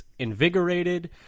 Invigorated